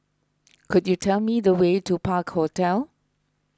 could you tell me the way to Park Hotel